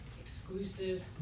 exclusive